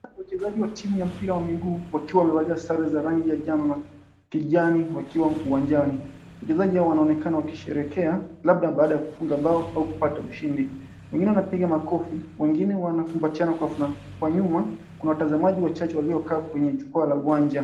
Wachezaji wa timu ya mpira wa miguu, wakiwa wamevalia sare za rangi ya njano na kijani, wakiwa uwanjani. Wachezaji hao wanaonekana wakisherehekea labda baada ya kufunga bao au kupata ushindi. Wengine wanapiga makofi, wengine wanakumbatiana ghafla. Kwa nyuma kuna watazamaji wachache waliokaa kwenye jukwaa ya uwanja.